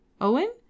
Owen